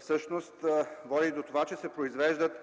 всъщност води до това, че се произвеждат